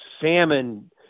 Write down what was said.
salmon